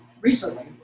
recently